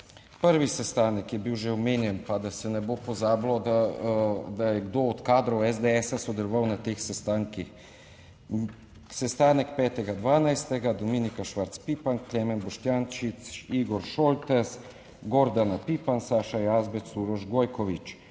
Prvi sestanek je bil že omenjen, pa da se ne bo pozabilo, da je kdo od kadrov SDS sodeloval na teh sestankih. Sestanek 5. 12.: Dominika Švarc Pipan, Klemen Boštjančič, Igor Šoltes, Gordana Pipan, Saša Jazbec, Uroš Gojkovič.